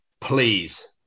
please